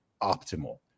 optimal